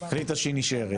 החליטה שהיא נשארת.